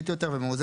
כן, היועץ